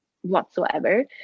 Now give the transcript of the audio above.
whatsoever